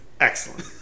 Excellent